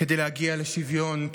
כדי להגיע לשוויון,